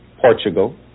Portugal